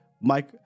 mike